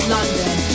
London